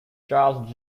charles